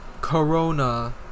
Corona